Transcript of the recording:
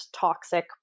toxic